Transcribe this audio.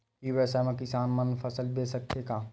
ई व्यवसाय म किसान मन फसल बेच सकथे का?